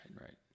right